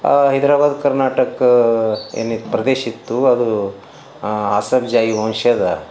ಆ ಹೈದರಾಬಾದ್ ಕರ್ನಾಟಕ ಏನೀ ಪ್ರದೇಶಿತ್ತು ಅದು ಆಸಬ್ ಜಾಹಿ ವಂಶದ